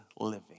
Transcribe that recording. living